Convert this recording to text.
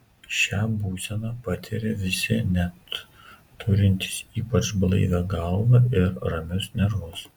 šią būseną patiria visi net turintys ypač blaivią galvą ir ramius nervus